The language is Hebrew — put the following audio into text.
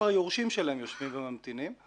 כבר היורשים שלהם יושבים וממתינים,